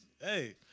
Hey